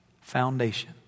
foundation